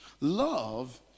Love